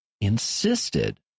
insisted